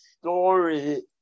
story